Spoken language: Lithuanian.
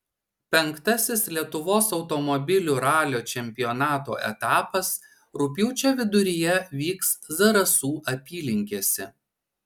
penktasis lietuvos automobilių ralio čempionato etapas rugpjūčio viduryje vyks zarasų apylinkėse